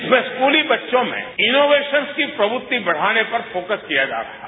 इसमें स्कूली बच्चों में इनोवेशन की प्रवृति बढ़ाने पर फोकस किया जा रहा है